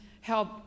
help